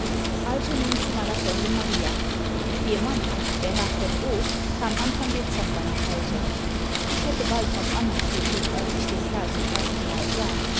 also nun zu meiner freundin maria ihr mann der herr v o kam anfang dezember nach hause ich hätte bald was an mich gekriegt als ich den kerl zum erstenmal sah